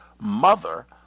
mother